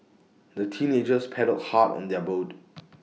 the teenagers paddled hard on their boat